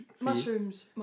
Mushrooms